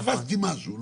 כן, תפסתי משהו.